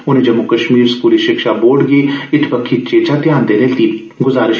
उनें जम्मू कश्मीर स्कूली शिक्षा बोर्ड गी इत बक्खी चेता ध्यान देने लेई बी आक्खेआ